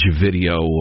video